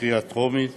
בקריאה טרומית